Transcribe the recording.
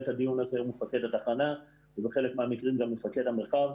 את הדיון הזה זה מפקד התחנה ובחלק מהמקרים גם מפקד המרחב.